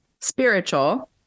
spiritual